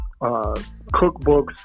cookbooks